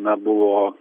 na buvo